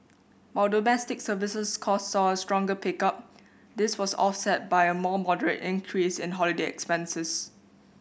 while domestic services cost saw a stronger pickup this was offset by a more moderate increase in holiday expenses